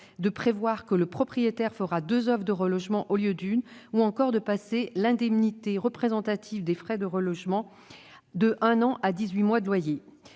; prévoir que le propriétaire fera deux offres de relogement, au lieu d'une ; passer l'indemnité représentative des frais de relogement d'un an à dix-huit mois de loyer.